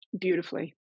beautifully